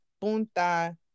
Punta